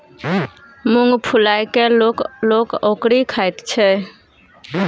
मुँग फुलाए कय लोक लोक ओकरी खाइत छै